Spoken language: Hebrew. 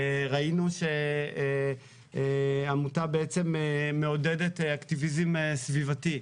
ראינו שעמותה בעצם מעודדת אקטיביזם סביבתי,